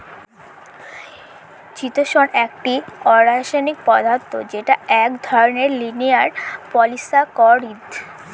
চিতোষণ একটি অরাষায়নিক পদার্থ যেটা এক ধরনের লিনিয়ার পলিসাকরীদ